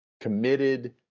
committed